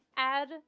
Add